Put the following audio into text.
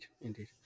indeed